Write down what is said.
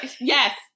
Yes